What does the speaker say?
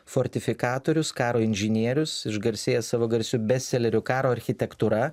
fortifikatorius karo inžinierius išgarsėjęs savo garsiu bestseleriu karo architektūra